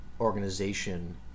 organization